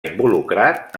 involucrat